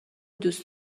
دوست